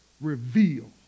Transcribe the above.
reveal